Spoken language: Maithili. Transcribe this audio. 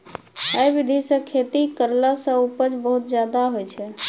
है विधि सॅ खेती करला सॅ उपज बहुत ज्यादा होय छै